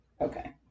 Okay